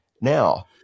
Now